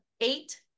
eight